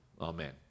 Amen